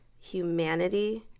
humanity